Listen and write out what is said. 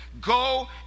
Go